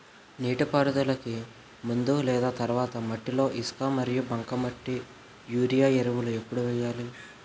నీటిపారుదలకి ముందు లేదా తర్వాత మట్టిలో ఇసుక మరియు బంకమట్టి యూరియా ఎరువులు ఎప్పుడు వేయాలి?